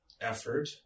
effort